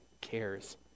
cares